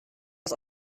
aus